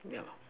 yeah